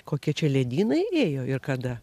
kokie čia ledynai ėjo ir kada